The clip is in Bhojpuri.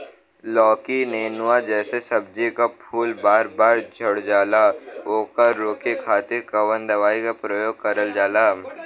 लौकी नेनुआ जैसे सब्जी के फूल बार बार झड़जाला ओकरा रोके खातीर कवन दवाई के प्रयोग करल जा?